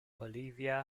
bolivia